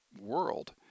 world